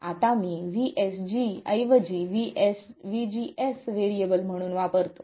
आता मी vSG ऐवजी vGS व्हेरिएबल म्हणून वापरतो